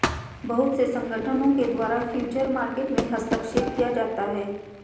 बहुत से संगठनों के द्वारा फ्यूचर मार्केट में हस्तक्षेप किया जाता है